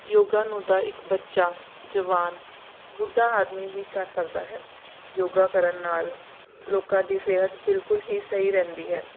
ਯੋਗਾ ਨੂੰ ਤਾਂ ਇੱਕ ਬੱਚਾ ਜਵਾਨ ਬੁੱਢਾ ਆਦਮੀ ਵੀ ਕਰ ਸਕਦਾ ਹੈ ਯੋਗਾ ਕਰਨ ਨਾਲ ਲੋਕਾਂ ਦੀ ਸਿਹਤ ਬਿਲਕੁਲ ਹੀ ਸਹੀ ਰਹਿੰਦੀ ਹੈ